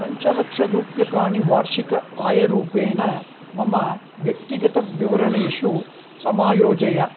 पञ्चलक्षरूप्यकाणि वार्षिक आयरूपेण मम व्यक्तिगतविवरणेषु समायोजय